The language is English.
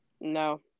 No